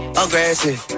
aggressive